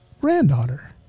granddaughter